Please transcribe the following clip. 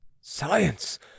Science